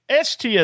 STS